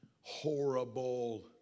Horrible